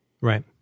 Right